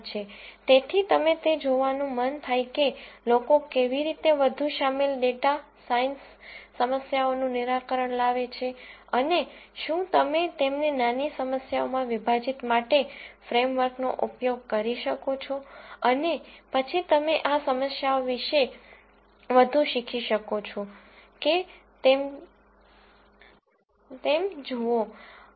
તેથી તમે તે જોવાનું મન થાય કે લોકો કેવી રીતે વધુ શામેલ ડેટા સાયન્સ સમસ્યાઓનું નિરાકરણ લાવે છે અને શું તમે તેમને નાની સમસ્યાઓમાં વિભાજીત માટે ફ્રેમવર્કનો ઉપયોગ કરી શકો છો અને પછી તમે આ સમસ્યાઓ વિશે વધુ શીખી શકો છો કે કેમ તે જુઓ